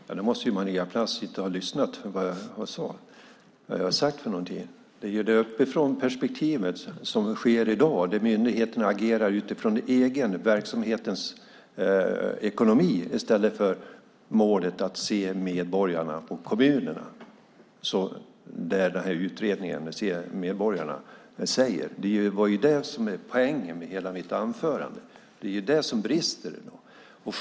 Herr talman! Maria Plass kan inte ha lyssnat på vad jag sade. Det finns ett uppifrånperspektiv i dag där myndigheterna agerar utifrån den egna verksamhetens ekonomi i stället för att se medborgarna och kommunerna, som man säger i utredningen Se medborgarna - för bättre offentlig service . Det var det som var poängen med hela mitt anförande, och det är det som brister i dag.